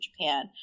japan